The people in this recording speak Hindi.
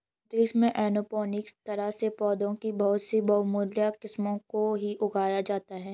अंतरिक्ष में एरोपोनिक्स तरह से पौधों की बहुत ही बहुमूल्य किस्मों को ही उगाया जाता है